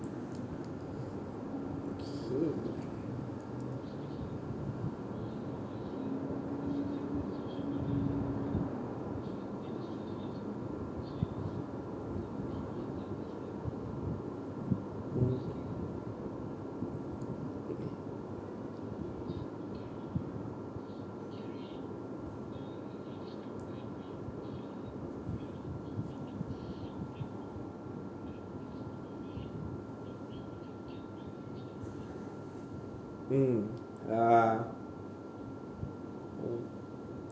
okay mm uh mm